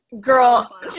Girl